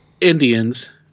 Indians